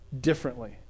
differently